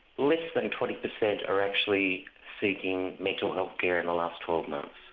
less than twenty percent are actually seeking mental health care in the last twelve months.